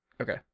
Okay